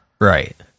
Right